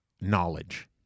knowledge